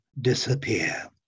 disappear